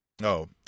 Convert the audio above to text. No